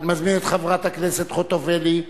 אני מזמין את חברת הכנסת ציפי חוטובלי,